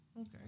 Okay